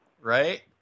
Right